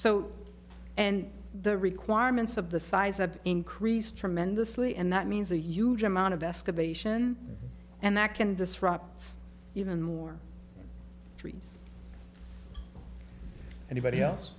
so and the requirements of the size that increase tremendously and that means a huge amount of escalation and that can disrupt even more treat anybody else